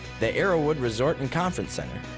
the arrowwood resort and conference center.